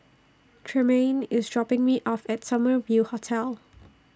Tremayne IS dropping Me off At Summer View Hotel